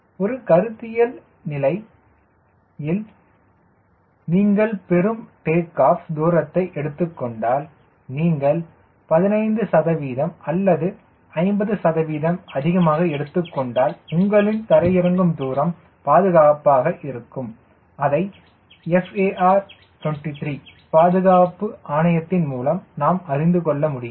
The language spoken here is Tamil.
ஒரு கருத்தியல் நிலை நீங்கள் பெறும் டேக் ஆஃப் தூரத்தை எடுத்துக் கொண்டால் நீங்கள் 15 சதவிகிதம் அல்லது 50 சதவீதம் அதிகமாக எடுத்துக்கொண்டால் உங்களின் தரையிறங்கும் தூரம் பாதுகாப்பாக இருக்கும் அதை FAR23 பாதுகாப்பு ஆணையத்தின் மூலம் நாம் அறிந்துகொள்ள முடியும்